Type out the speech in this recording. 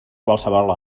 qualsevol